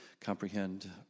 comprehend